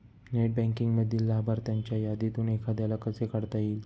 Net बँकिंगमधील लाभार्थ्यांच्या यादीतून एखाद्याला कसे काढता येईल?